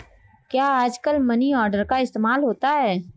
क्या आजकल money order का इस्तेमाल होता है?